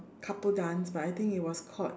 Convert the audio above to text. couple dance but I think it was called